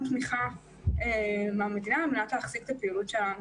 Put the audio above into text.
תמיכה מהמדינה על מנת להחזיק את הפעילות שלנו,